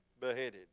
beheaded